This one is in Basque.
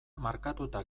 markatuta